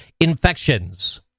infections